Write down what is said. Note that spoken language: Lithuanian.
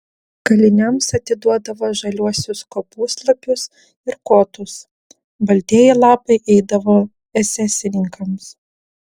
kaliniams atiduodavo žaliuosius kopūstlapius ir kotus baltieji lapai eidavo esesininkams